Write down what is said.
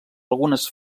algunes